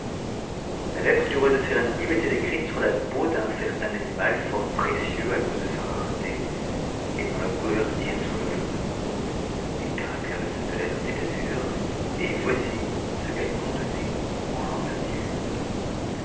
la lettre du roi de serendib était écrite sur la peau d'un certain anim mat fort précieux à cause de sa rareté et dont la couleur tire sur le jaune m les caractères de cette lettre étaient d'azur et voici ce qu'elle contenait fn tangue